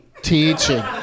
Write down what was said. Teaching